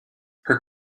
her